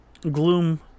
gloom